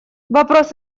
вопрос